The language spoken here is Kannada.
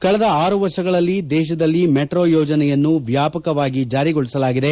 ಕಳೆದ ಆರು ವರ್ಷಗಳಲ್ಲಿ ದೇಶದಲ್ಲಿ ಮೆಟ್ರೋ ಯೋಜನೆಯನ್ನು ವ್ಯಾಪಕವಾಗಿ ಜಾರಿಗೊಳಿಸಲಾಗಿದೆ